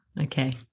Okay